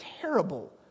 terrible